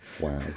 Wow